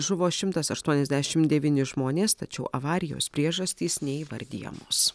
žuvo šimtas aštuoniasdešimt devyni žmonės tačiau avarijos priežastys neįvardijamos